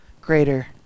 greater